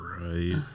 Right